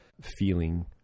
feeling